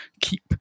keep